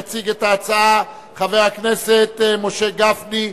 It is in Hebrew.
יציג את ההצעה חבר הכנסת משה גפני,